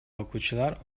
окуучулар